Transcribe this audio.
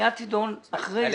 הפנייה תידון אחרי זה.